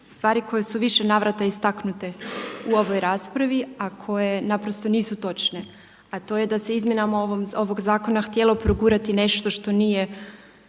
stvari koje su u više navrata istaknute u ovoj raspravi a koje naprosto nisu točne, a to je da se izmjenama ovog zakona htjelo progurati nešto što nije